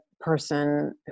Person